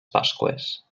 pasqües